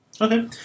Okay